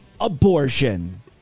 Abortion